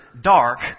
Dark